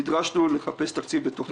נדרשנו לחפש תקציב בתוך המשרד.